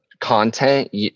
content